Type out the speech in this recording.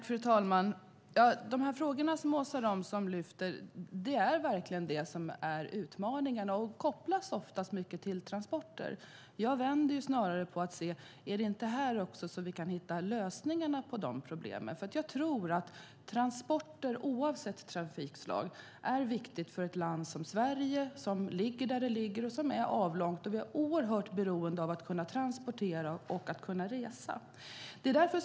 Fru talman! De frågor som Åsa Romson lyfter fram är verkligen utmaningar. De kopplas oftast till transporter. Jag vänder på det. Är det inte snarare här vi kan hitta lösningen på problemen? Transporter oavsett trafikslag är viktigt för ett land som Sverige som ligger där det ligger och är avlångt. Vi är oerhört beroende av att kunna transportera och kunna resa.